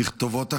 תכתובות אחרות.